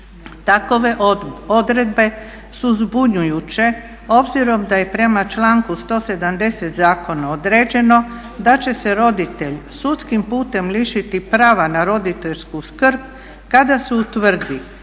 Takve odredbe su zbunjujuće obzirom da je prema članku 170 zakona određeno da će se roditelj sudskim putem lišiti prava na roditeljsku skrb kada se utvrdi